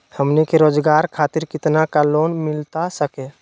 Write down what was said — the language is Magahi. हमनी के रोगजागर खातिर कितना का लोन मिलता सके?